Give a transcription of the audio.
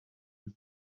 with